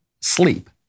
sleep